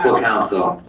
counsel,